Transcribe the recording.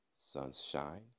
sunshine